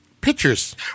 Pictures